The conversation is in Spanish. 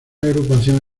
agrupación